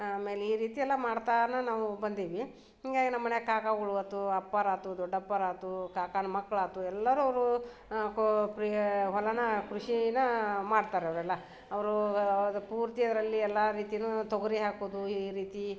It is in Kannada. ಆಮೇಲೆ ಈ ರೀತಿ ಎಲ್ಲ ಮಾಡ್ತಲೇ ನಾವು ಬಂದೀವಿ ಹಿಂಗಾಗ್ ನಮ್ಮ ಮನೆ ಕಾಕಾಗಳು ಆಯ್ತು ಅಪ್ಪಾರು ಆಯ್ತು ದೊಡ್ಡಪ್ಪಾರು ಆಯ್ತು ಕಾಕಾನ ಮಕ್ಳು ಆಯ್ತು ಎಲ್ಲರೂ ಅವರೂ ಕೋ ಪ್ರಿಯೇ ಹೊಲನ ಕೃಷಿನ ಮಾಡ್ತಾರೆ ಅವರೆಲ್ಲ ಅವರೂ ಪೂರ್ತಿ ಇದರಲ್ಲಿ ಎಲ್ಲ ರೀತಿಯೂ ತೊಗರಿ ಹಾಕೋದು ಈ ರೀತಿ